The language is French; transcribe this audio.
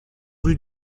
rue